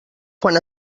quan